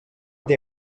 they